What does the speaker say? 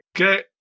Okay